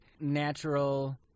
natural—